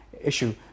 issue